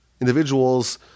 individuals